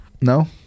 No